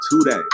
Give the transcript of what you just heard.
today